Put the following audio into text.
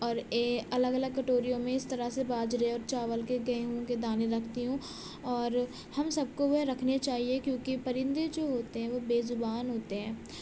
اور الگ الگ کٹوریوں میں اس طرح سے باجرے اور چاول کے گیہوں کے دانے رکھتی ہوں اور ہم سب کو وہ رکھنے چاہیے کیونکہ پرندے جو ہوتے ہیں وہ بے زبان ہوتے ہیں